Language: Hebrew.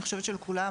אני חושבת שלכולם,